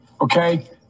Okay